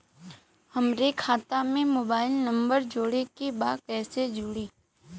हमारे खाता मे मोबाइल नम्बर जोड़े के बा कैसे जुड़ी?